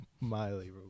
Miley